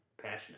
passionate